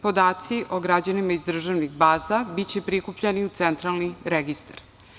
Podaci o građanima iz državnih baza biće prikupljeni u Centralni registar.